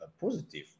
positive